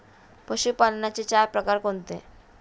पशुपालनाचे चार प्रकार कोणते?